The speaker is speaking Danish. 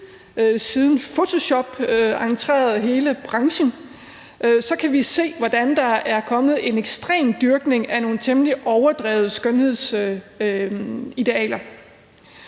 siden Photoshop entrerede hele branchen, så kan vi se, hvordan der er kommet en ekstrem dyrkelse af nogle temmelig overdrevne skønhedsidealer.